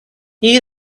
you